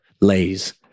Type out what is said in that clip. lays